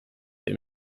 dem